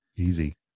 Easy